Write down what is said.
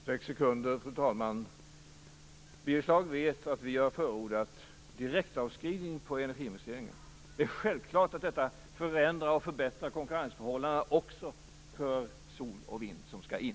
Fru talman! Jag har sex sekunder kvar. Birger Schlaug vet att vi har förordat direktavskrivning på energiinvesteringar. Det är självklart att detta förändrar och förbättrar konkurrensförhållandena också för sol och vind, som skall in.